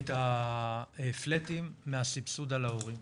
את ה-flat מהסבסוד על ההורים,